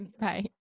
bye